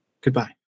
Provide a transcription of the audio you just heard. Goodbye